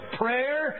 prayer